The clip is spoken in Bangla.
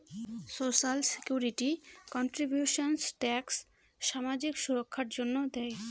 সোশ্যাল সিকিউরিটি কান্ট্রিবিউশন্স ট্যাক্স সামাজিক সুররক্ষার জন্য দেয়